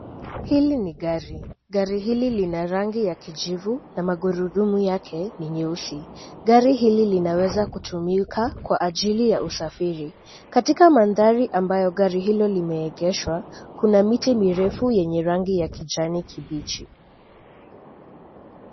Hili ni gari. Gari hili lina rangi ya kijivu, na mangurudumu yake ni nyeusi. Gari hili linaweza kutumika kwa ajili ya usafiri. Katika mandhari ambayo gari hilo limeegeshwa, kuna miti mirefu yenye rangi ya kijani kibichi.